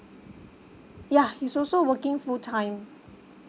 ya he's also working full time